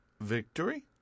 victory